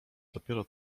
dopiero